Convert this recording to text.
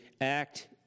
act